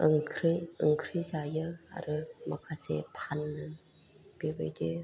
ओंख्रै ओंख्रै जायो आरो माखासे फानो बेबायदि